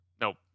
Nope